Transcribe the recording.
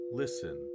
listen